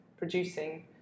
Producing